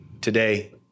today